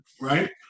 right